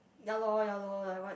ya lor ya lor like what